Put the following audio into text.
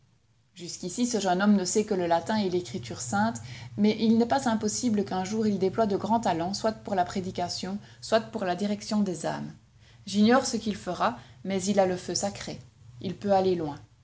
jusqu'ici ce jeune homme ne sait que le latin et l'écriture sainte mais il n'est pas impossible qu'un jour il déploie de grands talents soit pour la prédication soit pour la direction des âmes j'ignore ce qu'il fera mais il a le feu sacré il peut aller loin